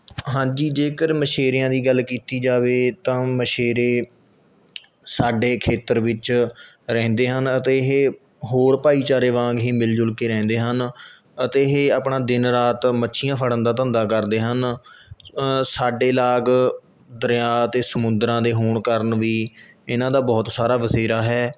ਹਾਂਜੀ ਜੇਕਰ ਮਛੇਰਿਆਂ ਦੀ ਗੱਲ ਕੀਤੀ ਜਾਵੇ ਤਾਂ ਮਛੇਰੇ ਸਾਡੇ ਖੇਤਰ ਵਿੱਚ ਰਹਿੰਦੇ ਹਨ ਅਤੇ ਇਹ ਹੋਰ ਭਾਈਚਾਰੇ ਵਾਂਗ ਹੀ ਮਿਲ ਜੁਲ ਕੇ ਰਹਿੰਦੇ ਹਨ ਅਤੇ ਇਹ ਆਪਣਾ ਦਿਨ ਰਾਤ ਮੱਛੀਆਂ ਫੜਨ ਦਾ ਧੰਦਾ ਕਰਦੇ ਹਨ ਸਾਡੇ ਲਾਗ ਦਰਿਆ ਅਤੇ ਸਮੁੰਦਰਾਂ ਦੇ ਹੋਣ ਕਾਰਨ ਵੀ ਇਹਨਾਂ ਦਾ ਬਹੁਤ ਸਾਰਾ ਬਸੇਰਾ ਹੈ